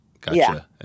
Gotcha